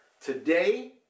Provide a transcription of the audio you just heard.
Today